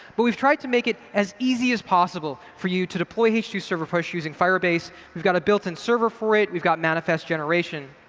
but we've tried to make it as easy as possible for you to deploy h two server push using firebase. we've got a built in server for it. we've got manifest generation.